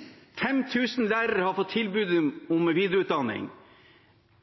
000 lærere har fått tilbud om videreutdanning.